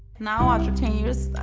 now after ten years,